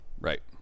Right